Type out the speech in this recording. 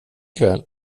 kväll